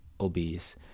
obese